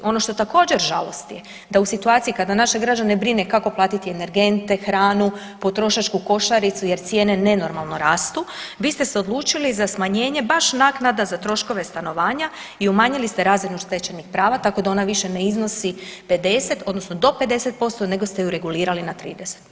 Ono što također žalosti da u situaciji kada naše građane brine kako platiti energente, hranu potrošačku košaricu jer cijene nenormalno rastu, vi ste se odlučili za smanjenje baš naknada za troškove stanovanja i umanjili ste razinu stečenih prava tako da ona više ne iznosi 50 odnosno do 50% nego ste ju regulirali na 30.